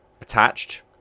attached